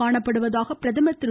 காணப்படுவதாக பிரதமர் திரு